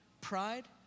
Pride